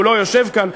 הוא לא יושב כאן,